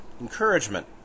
encouragement